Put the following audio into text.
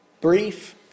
Brief